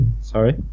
Sorry